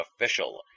official